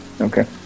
okay